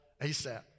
ASAP